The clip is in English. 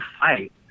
fight